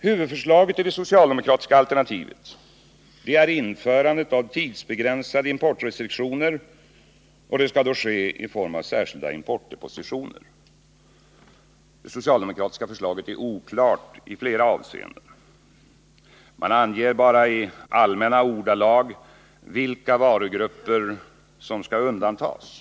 Huvudförslaget i det socialdemokratiska alternativet är införandet av tidsbegränsade importrestriktioner i form av särskilda importdepositioner. Förslaget är oklart i flera avseenden. Socialdemokraterna anger bara i allmänna ordalag vilka varugrupper som skall undantas.